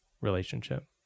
relationship